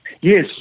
Yes